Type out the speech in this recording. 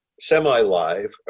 semi-live